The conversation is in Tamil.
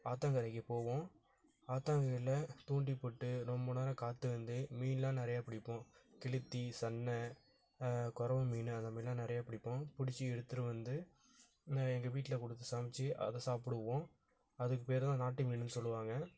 ஆற்றங்கரைக்கி போவோம் ஆற்றங்கரையில தூண்டில் போட்டு ரொம்ப நேரம் காத்திருந்து மீனெல்லாம் நிறையா பிடிப்போம் கெளுத்தி சன்னா குறவ மீன் அதை மாரிலாம் நிறையா பிடிப்போம் பிடிச்சி எடுத்துகிட்டு வந்து நான் எங்கள் வீட்டில்க் கொடுத்து சமைச்சி அதை சாப்பிடுவோம் அதுக்கு பேர் தான் நாட்டு மீனென்னு சொல்லுவாங்க